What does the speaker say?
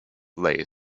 lay